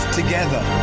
together